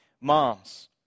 Moms